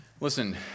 Listen